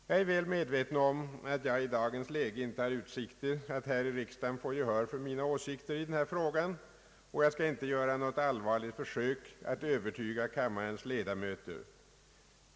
Jag är väl medveten om att jag i dagens läge inte har utsikter att här i riksdagen få gehör för mina åsikter i denna fråga, och jag skall inte göra något allvarligt försök att övertyga kammarens ledamöter.